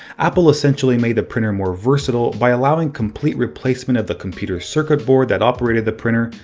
apple essentially made the printer more versatile by allowing complete replacement of the computer circuit board that operated the printer.